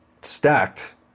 stacked